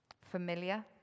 Familiar